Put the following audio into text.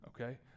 okay